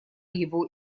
его